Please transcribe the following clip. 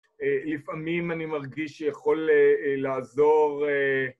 לפעמים אני מרגיש שיכול לעזור...